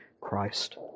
Christ